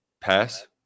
pass